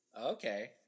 Okay